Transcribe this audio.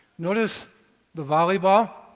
notice the volley ball?